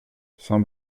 saint